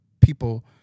people